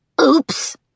Oops